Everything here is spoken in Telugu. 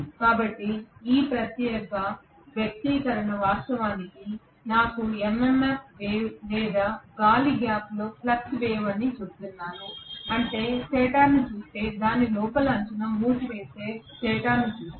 కాబట్టి ఈ ప్రత్యేక వ్యక్తీకరణ వాస్తవానికి నాకు MMF వేవ్ లేదా గాలి గ్యాప్లోని ఫ్లక్స్ వేవ్ అని నేను చెబుతున్నాను అంటే స్టేటర్ను చూస్తే దాని లోపలి అంచున మూసివేసే స్టేటర్ను చూస్తే